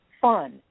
fun